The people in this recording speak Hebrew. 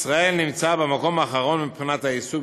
"ישראל נמצאה במקום האחרון מבחינת העיסוק